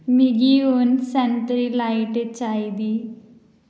मिगी हून संतरी लाइट चाहिदी